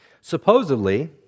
Supposedly